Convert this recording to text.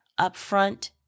upfront